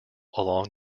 along